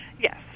yes